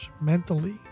mentally